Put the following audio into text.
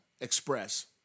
Express